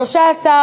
4 נתקבלו.